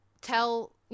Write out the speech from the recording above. tell